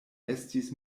estis